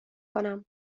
کنم